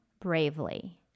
bravely